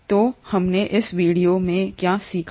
तो हमने इस वीडियो में क्या सीखा है